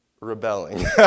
rebelling